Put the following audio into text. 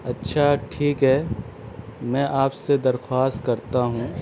اچھا ٹھیک ہے میں آپ سے درخواست کرتا ہوں